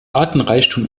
artenreichtum